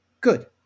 Good